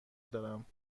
دارم